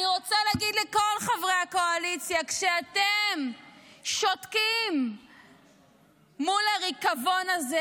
אני רוצה להגיד לכל חברי הקואליציה: כשאתם שותקים מול הריקבון הזה,